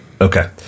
okay